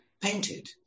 painted